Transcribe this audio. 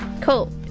Cool